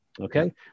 okay